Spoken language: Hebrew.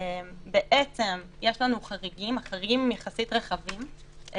יש חריגים יחסית רחבים,